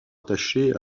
attaché